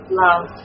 love